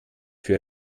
für